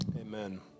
amen